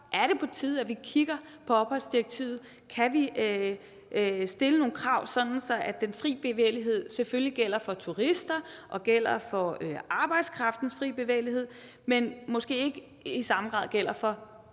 Er det på tide, at vi kigger på opholdsdirektivet, og kan vi stille nogle krav, sådan at den fri bevægelighed selvfølgelig gælder for turister og gælder for arbejdskraften, men måske i samme grad gælder for